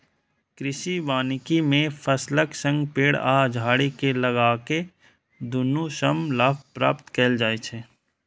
कृषि वानिकी मे फसलक संग पेड़ आ झाड़ी कें लगाके दुनू सं लाभ प्राप्त कैल जाइ छै